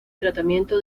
tratamiento